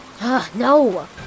no